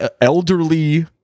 elderly